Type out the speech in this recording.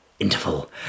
interval